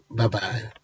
Bye-bye